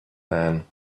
man